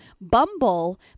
Bumble